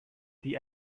die